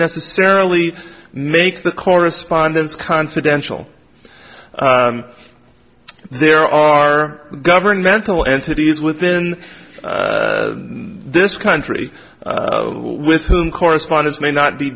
necessarily make the correspondence confidential there are governmental entities within this country with whom correspondence may not be